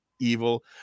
evil